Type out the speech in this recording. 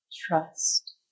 Trust